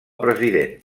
president